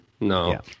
No